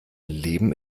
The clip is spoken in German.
leben